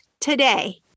today